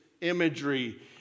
imagery